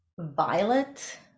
violet